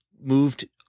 Moved